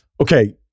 Okay